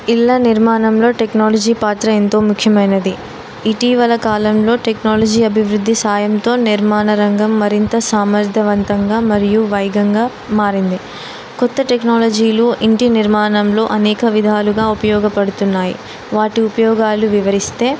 ఇళ్ళ నిర్మాణంలో టెక్నాలజీ పాత్ర ఎంతో ముఖ్యమైనది ఇటీవల కాలంలో టెక్నాలజీ అభివృద్ధి సాయంతో నిర్మాణ రంగం మరింత సమర్థవంతంగా మరియు వేగంగా మారింది కొత్త టెక్నాలజీలు ఇంటి నిర్మాణంలో అనేక విధాలుగా ఉపయోగపడుతున్నాయి వాటి ఉపయోగాలు వివరిస్తే